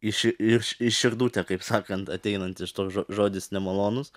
įši ir į širdutę kaip sakant ateinantis toks žo žodis nemalonus